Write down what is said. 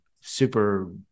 super